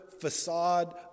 facade